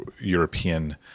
European